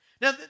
Now